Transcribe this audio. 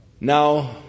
Now